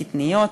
קטניות,